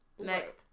Next